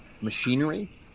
machinery